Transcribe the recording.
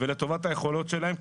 לטובת היכולות שלהם,